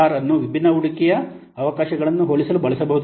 R ಅನ್ನು ವಿಭಿನ್ನ ಹೂಡಿಕೆ ಅವಕಾಶಗಳನ್ನು ಹೋಲಿಸಲು ಬಳಸಬಹುದು